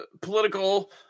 political